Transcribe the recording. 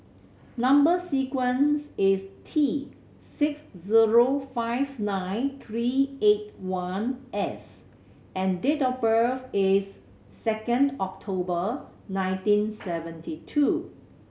number sequence is T six zero five nine three eight one S and date of birth is second October nineteen seventy two